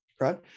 Right